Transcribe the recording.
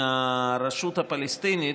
מהרשות הפלסטינית,